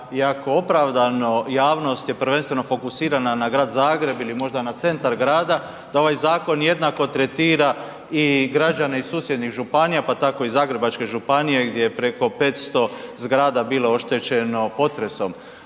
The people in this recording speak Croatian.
iako opravdano, javnost je prvenstveno fokusirana na grad Zagreb ili možda na centar grada, da ovaj zakon jednako tretira i građane susjednih županija, pa tako i Zagrebačke županije gdje je preko 500 zgrada bilo oštećeno potresom.